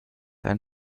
ein